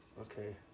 Okay